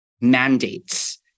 mandates